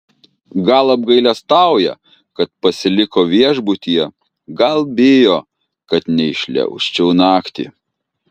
gal apgailestauja kad pasiliko viešbutyje gal bijo kad neįšliaužčiau naktį